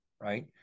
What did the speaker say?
Right